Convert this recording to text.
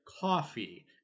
coffee